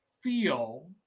feel